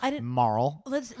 Moral